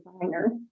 designer